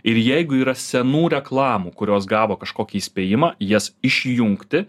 ir jeigu yra senų reklamų kurios gavo kažkokį įspėjimą jas išjungti